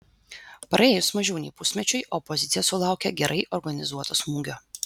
praėjus mažiau nei pusmečiui opozicija sulaukė gerai organizuoto smūgio